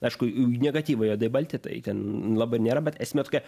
aišku negatyvai juodai balti tai ten labai ir nėra bet esmė tokia